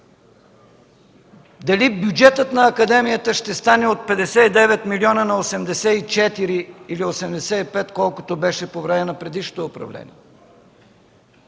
Дали бюджетът на академията ще стане от 59 милиона на 84 или 85, колкото беше по време на предишното управление,